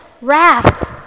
wrath